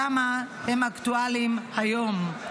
כמה הם אקטואליים היום.